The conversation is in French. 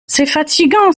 fatigant